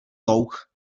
louh